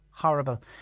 Horrible